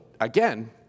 again